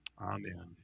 Amen